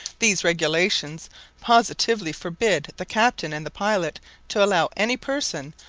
these regulations positively forbid the captain and the pilot to allow any person,